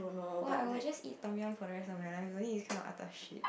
what I was just eat Tom-Yum for the rest of my life it's kind of like eat that shit